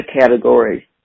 category